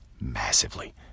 massively